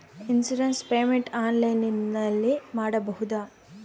Insurance payment ಆನ್ಲೈನಿನಲ್ಲಿ ಮಾಡಬಹುದಾ?